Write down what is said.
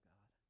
God